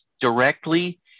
directly